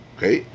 Okay